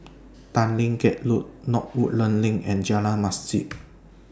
Tanglin Gate Road North Woodlands LINK and Jalan Masjid